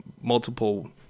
multiple